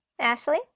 Ashley